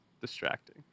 distracting